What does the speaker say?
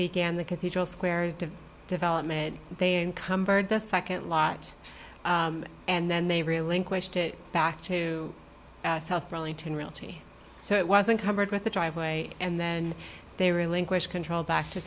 began the cathedral square to development they encumbered the second lot and then they relinquish to back to south burlington realty so it wasn't covered with the driveway and then they relinquish control back to